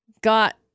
got